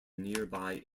nearby